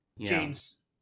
James